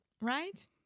right